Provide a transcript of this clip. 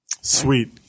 sweet